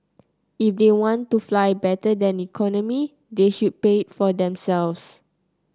if they want to fly better than economy they should pay for it themselves